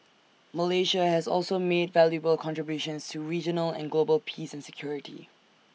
Malaysia has also made valuable contributions to regional and global peace and security